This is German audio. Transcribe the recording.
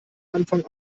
anfang